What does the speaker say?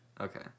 okay